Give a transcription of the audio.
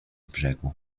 brzegu